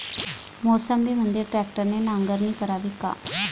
मोसंबीमंदी ट्रॅक्टरने नांगरणी करावी का?